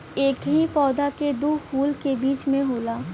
एकही पौधा के दू फूल के बीच में होला